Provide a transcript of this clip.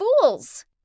Fool's